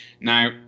Now